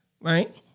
right